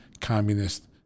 communist